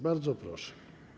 Bardzo proszę.